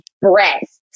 breasts